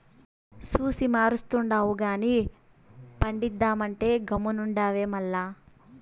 చూసి మురుస్తుండావు గానీ పండిద్దామంటే గమ్మునుండావే మల్ల